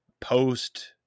post